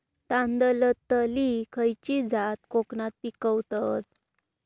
तांदलतली खयची जात कोकणात पिकवतत?